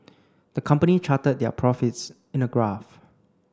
the company charted their profits in a graph